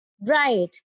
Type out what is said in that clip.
Right